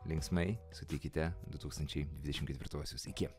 linksmai sutikite du tūkstančiai dvidešim ketvirtuosius iki